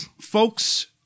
folks